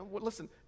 listen